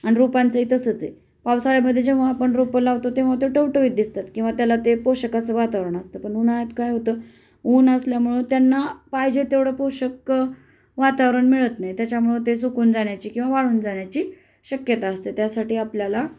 आणि रोपांचं तसंच पावसाळ्यामध्ये जेव्हा आपण रोपं लावतो तेव्हा ते टवटवीत दिसतात किंवा त्याला ते पोषकचं वातावरण असतं पण उन्हाळ्यात काय होतं ऊन असल्यामुळं त्यांना पाहिजे तेवढं पोषक वातावरण मिळत नाही त्याच्यामुळं ते सुकून जाण्याची किंवा वाळून जाण्याची शक्यता असते त्यासाठी आपल्याला